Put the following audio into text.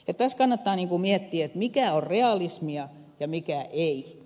tässä kannattaa miettiä mikä on realismia ja mikä ei